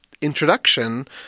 introduction